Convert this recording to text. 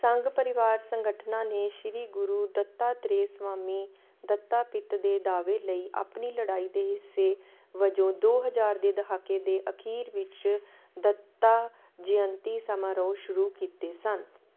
ਸੰਘ ਪਰਿਵਾਰ ਸੰਗਠਨਾਂ ਨੇ ਸ਼੍ਰੀ ਗੁਰੂ ਦੱਤਾਤ੍ਰੇਅ ਸਵਾਮੀ ਦੱਤਾਪਿਤ ਦੇ ਦਾਅਵੇ ਲਈ ਆਪਣੀ ਲੜਾਈ ਦੇ ਹਿੱਸੇ ਵਜੋਂ ਦੋ ਹਜ਼ਾਰ ਦੇ ਦਹਾਕੇ ਦੇ ਅਖੀਰ ਵਿੱਚ ਦੱਤਾ ਜਯੰਤੀ ਸਮਾਰੋਹ ਸ਼ੁਰੂ ਕੀਤੇ ਸਨ